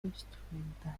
instrumental